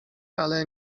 ale